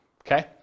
Okay